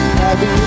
happy